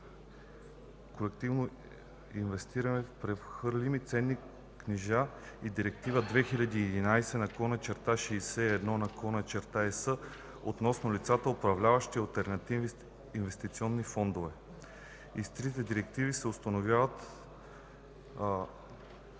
колективно инвестиране в прехвърлими ценни книжа и Директива 2011/61/ЕС относно лицата, управляващи алтернативни инвестиционни фондове. И с трите директиви се установяват